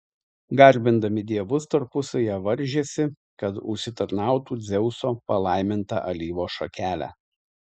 garbindami dievus tarpusavyje varžėsi kad užsitarnautų dzeuso palaimintą alyvos šakelę